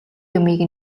юмыг